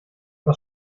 was